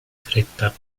fretta